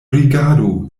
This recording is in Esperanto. rigardu